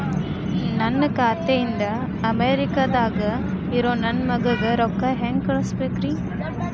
ನನ್ನ ಖಾತೆ ಇಂದ ಅಮೇರಿಕಾದಾಗ್ ಇರೋ ನನ್ನ ಮಗಗ ರೊಕ್ಕ ಹೆಂಗ್ ಕಳಸಬೇಕ್ರಿ?